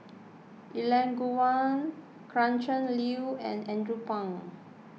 Elangovan Gretchen Liu and Andrew Phang